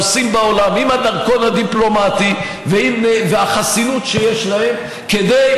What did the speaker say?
נוסעים בעולם עם הדרכון הדיפלומטי והחסינות שיש להם כדי